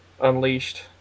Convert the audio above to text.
Unleashed